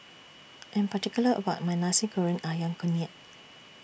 I Am particular about My Nasi Goreng Ayam Kunyit